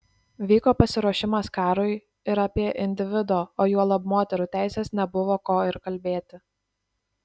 vyko pasiruošimas karui ir apie individo o juolab moterų teises nebuvo ko ir kalbėti